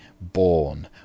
born